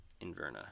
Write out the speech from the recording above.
Inverna